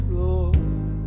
lord